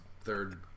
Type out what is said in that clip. third